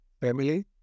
family